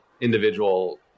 individual